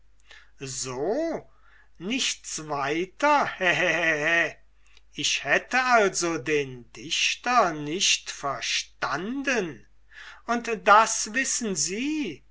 so nichts weiter hä hä hä hä ich hätte also den dichter nicht verstanden und das wissen sie